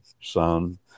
son